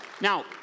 Now